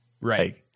right